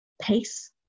pace